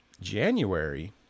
January